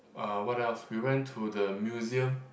uh what else we went to the museum